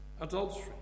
adultery